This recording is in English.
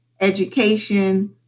education